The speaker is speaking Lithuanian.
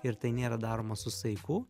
ir tai nėra daroma su saiku